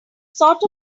sort